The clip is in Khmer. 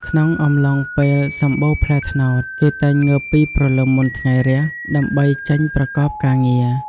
ក្នុងអំឡុងពេលសំបូរផ្លែត្នោត គេតែងងើបពីព្រលឹមមុនថ្ងៃរះ ដើម្បីចេញប្រកបការងារ។